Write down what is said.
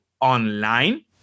online